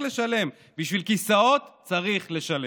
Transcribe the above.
צריך לשלם.